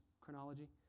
chronology